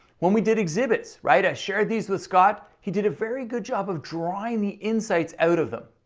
when we did exhibits, right? i shared these with scott, he did a very good job of drawing the insights out of them,